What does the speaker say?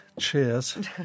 cheers